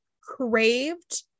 craved